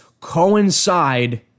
coincide